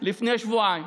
לפני שבועיים.